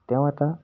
তেওঁ এটা